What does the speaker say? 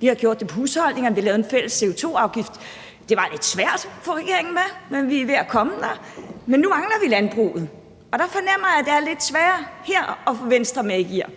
vi har gjort det på husholdningerne, og vi har lavet en fælles CO2-afgift. Det var lidt svært at få regeringen med, men vi er ved at komme derhen. Nu mangler vi landbruget, og her fornemmer jeg, at det er lidt sværere at få Venstre med op i gear,